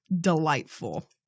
delightful